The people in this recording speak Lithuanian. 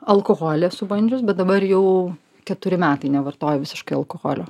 alkoholį esu bandžius bet dabar jau keturi metai nevartoju visiškai alkoholio